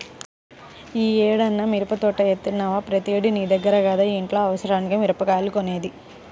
యీ ఏడన్నా మిరపదోట యేత్తన్నవా, ప్రతేడూ నీ దగ్గర కదా ఇంట్లో అవసరాలకి మిరగాయలు కొనేది